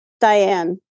Diane